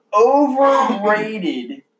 overrated